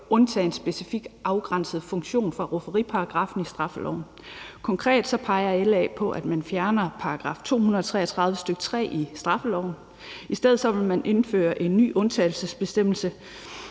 undtage en specifikt afgrænset funktion fra rufferiparagraffen i straffeloven. Konkret peger LA på, at man fjerner § 233, stk. 3, i straffeloven. I stedet vil man indføre en ny undtagelsesbestemmelse